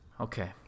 Okay